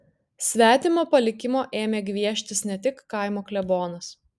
svetimo palikimo ėmė gvieštis ne tik kaimo klebonas